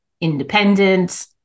independent